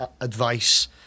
advice